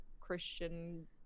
Christian